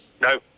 No